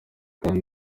kandi